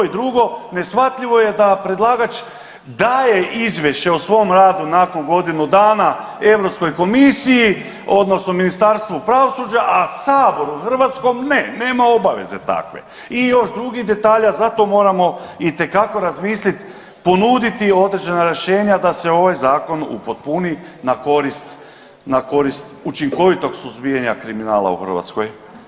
I drugo, neshvatljivo je da predlagač daje izvješće o svom radu nakon godinu dana Europskoj komisiji odnosno Ministarstvu pravosuđa, a saboru hrvatskom ne, nema obaveze takve i još drugih detalja, zato moramo itekako razmislit, ponuditi određena rješenja da se ovaj zakon upotpuni na korist, na korist učinkovitog suzbijanja kriminala u Hrvatskoj.